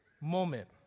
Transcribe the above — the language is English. moment